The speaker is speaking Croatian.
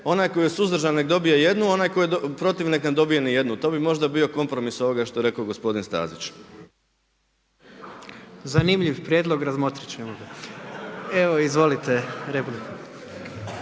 onaj koji je suzdržan nek dobije jednu, onaj koji je protiv nek ne dobije ni jednu. To bi možda bio kompromis ovoga što je rekao gospodin Stazić. **Jandroković, Gordan (HDZ)** Zanimljiv prijedlog, razmotrit ćemo ga. Evo izvolite, replika.